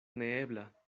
neebla